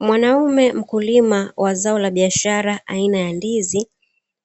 Mwanaume mkulima wa zao la biashara aina ya ndizi,